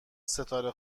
ستاره